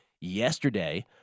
yesterday